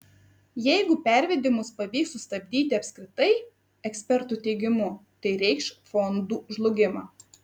jeigu pervedimus pavyks sustabdyti apskritai ekspertų teigimu tai reikš fondų žlugimą